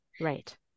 Right